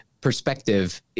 perspective